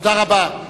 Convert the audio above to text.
תודה רבה.